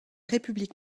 république